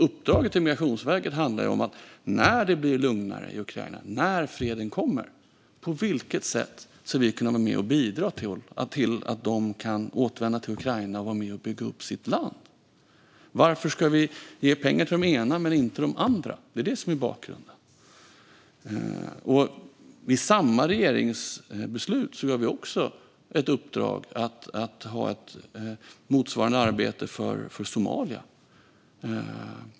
Uppdraget till Migrationsverket handlar om på vilket sätt som vi, när det blir lugnare i Ukraina och freden kommer, kan vara med och bidra till att ukrainare kan återvända dit och vara med och bygga upp sitt land. Varför ska vi ge pengar till de ena men inte till de andra? Det är detta som är bakgrunden. I samma regeringsbeslut ger vi också ett uppdrag att ha motsvarande arbete för Somalia.